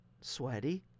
sweaty